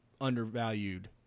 undervalued